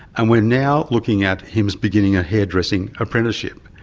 and we're now looking at him beginning a hairdressing apprenticeship.